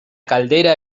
caldera